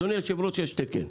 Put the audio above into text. אדוני היושב-ראש, יש תקן.